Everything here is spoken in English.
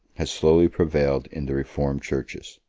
has slowly prevailed in the reformed churches.